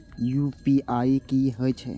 UPI की हेछे?